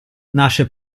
nasce